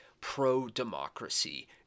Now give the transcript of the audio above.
pro-democracy